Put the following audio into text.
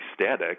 static